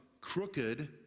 crooked